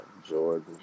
Georgia